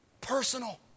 personal